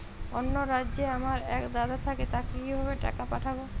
অন্য রাজ্যে আমার এক দাদা থাকে তাকে কিভাবে টাকা পাঠাবো?